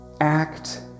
act